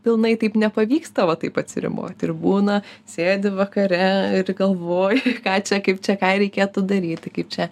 pilnai taip nepavyksta va taip atsiribot ir būna sėdi vakare ir galvoji ką čia kaip čia ką reikėtų daryti kaip čia